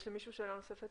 יש למישהו שאלה נוספת